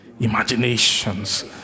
imaginations